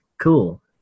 cool